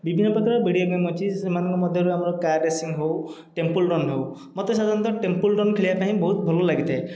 ବିଭିନ୍ନ ପ୍ରକାର video game ଅଛି ସେମାନଙ୍କ ମଧ୍ୟରୁ ଆମର କାର୍ ରେସିଙ୍ଗ ହେଉ ଟେମ୍ପଲ ରନ୍ ହେଉ ମୋତେ ସାଧାରଣତଃ ଟେମ୍ପଲ ରନ୍ ଖେଳିବା ପାଇଁ ବହୁତ ଭଲ ଲାଗିଥାଏ